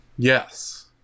Yes